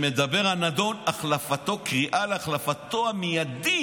הנדון: קריאה להחלפתו המיידית